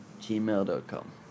gmail.com